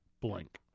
blink